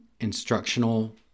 instructional